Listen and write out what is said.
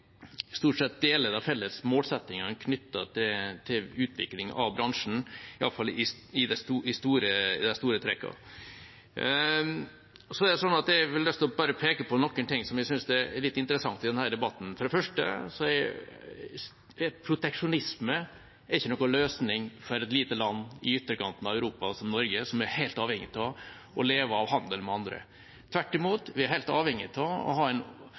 stort sett deler de felles målsettingene knyttet til utvikling av bransjen, i hvert fall i de store trekkene. Jeg har lyst til bare å peke på noen ting som jeg syns er litt interessant i denne debatten. For det første er ikke proteksjonisme noen løsning for et lite land i ytterkanten av Europa, som Norge, som er helt avhengig av å leve av handel med andre. Tvert imot er vi helt avhengig av å ha